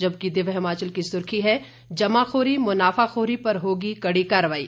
जबकि दिव्य हिमाचल की सुर्खी है जमाखोरी मुनाफाखोरी पर होगी कड़ी कार्रवाई